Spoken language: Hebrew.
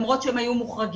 למרות שהם היו מוחרגים,